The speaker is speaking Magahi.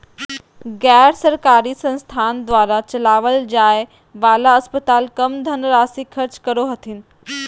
गैर सरकारी संस्थान द्वारा चलावल जाय वाला अस्पताल कम धन राशी खर्च करो हथिन